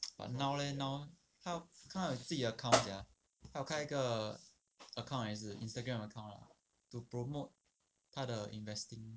but now leh now 他他有自己的 account sia 他有开一个 account 还是 Instagram account lah to promote 他的 investing